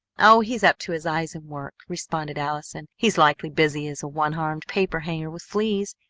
oh, he's up to his eyes in work, responded allison. he's likely busy as a one-armed paper-hanger with fleas!